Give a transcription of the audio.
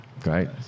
Great